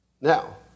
Now